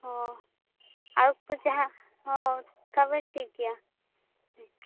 ᱦᱚᱸ ᱟᱨᱠᱚ ᱡᱟᱦᱟᱸ ᱦᱚᱸ ᱛᱚᱵᱮ ᱴᱷᱤᱠ ᱜᱮᱭᱟ